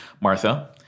Martha